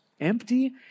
empty